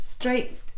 straight